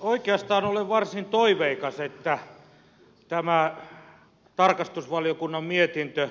oikeastaan olen varsin toiveikas että tämä tarkastusvaliokunnan mietintö